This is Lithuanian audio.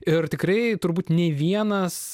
ir tikrai turbūt nei vienas